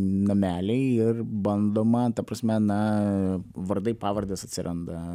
nameliai ir bandoma ta prasme na vardai pavardės atsiranda